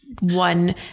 one